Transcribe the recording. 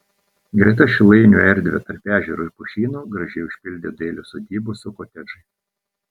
greta šilainių erdvę tarp ežero ir pušyno gražiai užpildė dailios sodybos su kotedžais